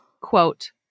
quote